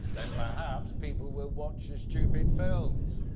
then perhaps people will watch your stupid films.